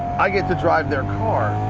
i get to drive their car.